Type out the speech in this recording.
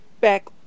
back